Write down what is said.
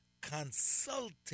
consulting